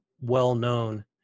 well-known